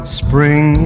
spring